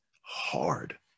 hard